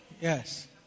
Yes